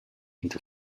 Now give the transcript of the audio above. into